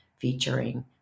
featuring